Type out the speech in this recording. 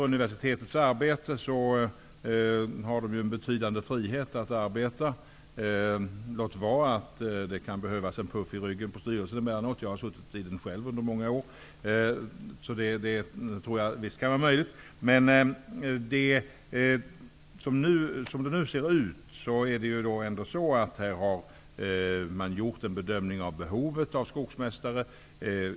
Universiteten har en betydande frihet att arbeta, låt vara att det kan behövas en puff i ryggen på styrelsen emellanåt -- jag har suttit i den själv under många år. Man har nu gjort en bedömning av behovet av skogsmästare.